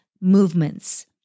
movements